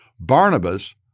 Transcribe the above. Barnabas